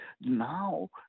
now